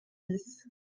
dix